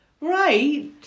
Right